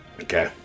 Okay